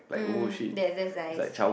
um they exercise